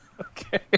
okay